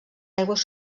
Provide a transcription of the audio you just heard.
aigües